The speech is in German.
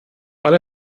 alle